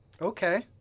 Okay